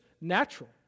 natural